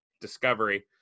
Discovery